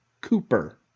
Cooper